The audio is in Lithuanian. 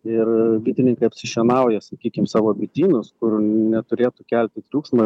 ir bitininkai apsišienauja sakykim savo bitynus kur neturėtų kelti triukšmo